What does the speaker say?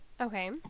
okay